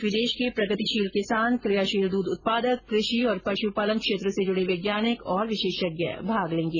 इस सेमिनार में देश विदेश के प्रगतिशील किसान क्रियाशील दूध उत्पादक कृषि एवं पशुपालन क्षेत्र से जुड़े वैज्ञानिक और विशेषज्ञ भाग लेंगे